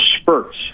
spurts